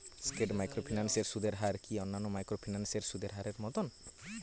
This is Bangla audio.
স্কেট মাইক্রোফিন্যান্স এর সুদের হার কি অন্যান্য মাইক্রোফিন্যান্স এর সুদের হারের মতন?